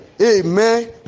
Amen